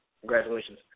Congratulations